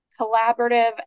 collaborative